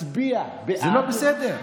מצביע בעד, זה לא בסדר.